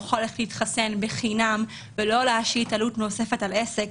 הוא יכול ללכת להתחסן בחינם ולא להשית עלות נוספת על עסק.